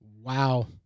Wow